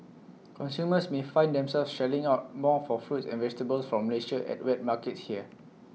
consumers may find themselves shelling out more for fruits and vegetables from Malaysia at wet markets here